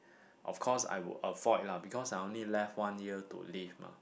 of course I would avoid lah because I only left one year to live mah